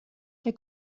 der